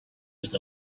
with